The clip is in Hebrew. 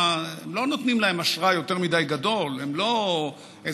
הם לא נותנים להם אשראי יותר מדי גדול.